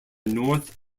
north